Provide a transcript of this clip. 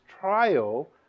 trial